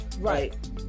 Right